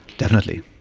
definitely.